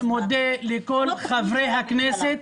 אני מודה לכל חברי הכנסת.